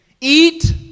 Eat